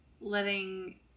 letting